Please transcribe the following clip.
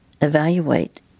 evaluate